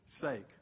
sake